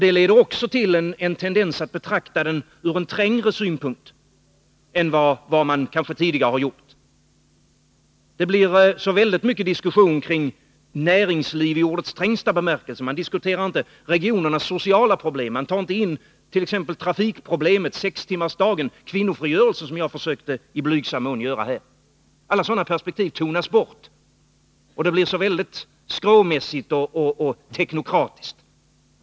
Det leder till en tendens att betrakta den ur en trängre synpunkt än vad man kanske tidigare har gjort. Det blir så väldigt mycket diskussion kring näringsliv i ordets trängsta bemärkelse. Man diskuterar inte regionernas sociala problem, och man tar inte int.ex. trafikproblemet, sextimmarsdagen och kvinnofrigörelsen, som jag i blygsam mån försökte göra här. Alla sådana perspektiv tonas bort, och det blir så väldigt skråmässigt och teknokratiskt.